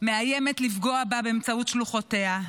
מאיימת לפגוע בה באמצעות שלוחותיה.